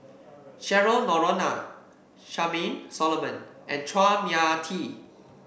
Cheryl Noronha Charmaine Solomon and Chua Mia Tee